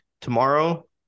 Tomorrow